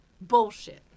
bullshit